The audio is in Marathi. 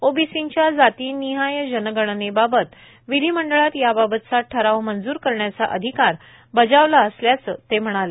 ओबीसींच्या जातीनिहाय जनगणनेबात विधिमंडळात याबाबतचा ठराव मंजूर करण्याचा अधिकार बजावला असल्याच ते म्हणाले